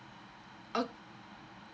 okay